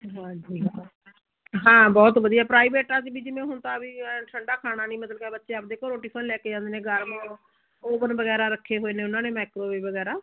ਹਾਂਜੀ ਹਾਂ ਹਾਂ ਬਹੁਤ ਵਧੀਆ ਪ੍ਰਾਈਵੇਟਾ 'ਚ ਵੀ ਜਿਵੇਂ ਹੁਣ ਤਾਂ ਵੀ ਠੰਡਾ ਖਾਣਾ ਨਹੀਂ ਮਤਲਬ ਕਿ ਬੱਚੇ ਆਪਦੇ ਘਰੋਂ ਟਿਫਨ ਲੈ ਕੇ ਜਾਂਦੇ ਨੇ ਗਰਮ ਓਵਨ ਵਗੈਰਾ ਰੱਖੇ ਹੋਏ ਨੇ ਉਹਨਾਂ ਨੇ ਮੈਕਰੋਵੇਵ ਵਗੈਰਾ